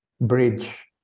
bridge